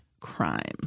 Crime